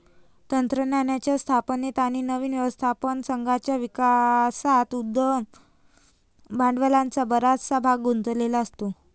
तंत्रज्ञानाच्या स्थापनेत आणि नवीन व्यवस्थापन संघाच्या विकासात उद्यम भांडवलाचा बराचसा भाग गुंतलेला असतो